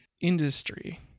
industry